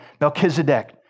Melchizedek